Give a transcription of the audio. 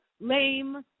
lame